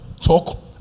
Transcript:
talk